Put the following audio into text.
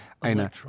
einer